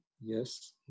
yes